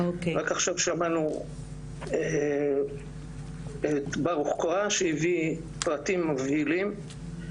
רק עכשיו שמענו את ברוך קרא שהביא פרטים מבהילים,